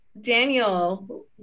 Daniel